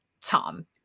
tom